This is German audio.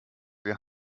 wir